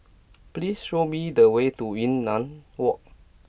please show me the way to Yunnan Walk